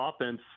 offense